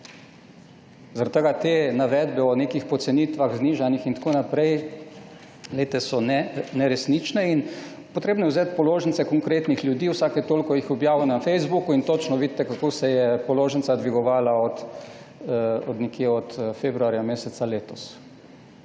Zaradi tega so te navedbe o nekih pocenitvah, znižanjih in tako naprej neresnične. Treba je vzeti položnice konkretnih ljudi. Vsake toliko jih objaviti na Facebooku in točno vidite, kako se je položnica dvigovala od februarja meseca letos.